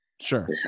Sure